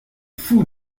fou